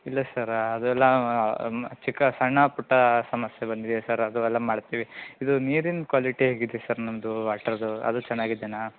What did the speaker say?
ಇಲ್ಲ ಸರ್ ಅದೆಲ್ಲ ಮ್ ಚಿಕ್ಕ ಸಣ್ಣಪುಟ್ಟ ಸಮಸ್ಯೆ ಬಂದಿದೆ ಸರ್ ಅದು ಎಲ್ಲ ಮಾಡ್ತೀವಿ ಇದು ನೀರಿನ ಕ್ವಾಲಿಟಿ ಹೇಗಿದೆ ಸರ್ ನಮ್ಮದು ವಾಟ್ರದು ಅದು ಚೆನ್ನಾಗಿದೆನಾ